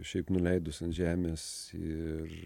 šiaip nuleidus ant žemės ir